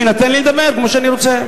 שיינתן לי לדבר כמו שאני רוצה.